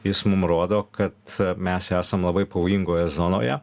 jis mum rodo kad mes esam labai pavojingoje zonoje